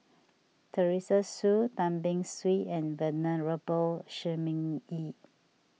Teresa Hsu Tan Beng Swee and Venerable Shi Ming Yi